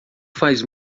faz